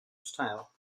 style